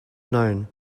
known